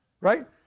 right